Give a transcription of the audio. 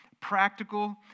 practical